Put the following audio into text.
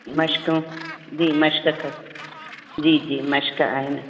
मश्कूं जी मश्कख जी जी मश्क आहिनि